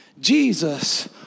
Jesus